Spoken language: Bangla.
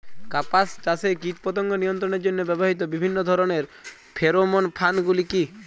কাপাস চাষে কীটপতঙ্গ নিয়ন্ত্রণের জন্য ব্যবহৃত বিভিন্ন ধরণের ফেরোমোন ফাঁদ গুলি কী?